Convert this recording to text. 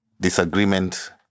disagreement